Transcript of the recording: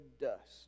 dust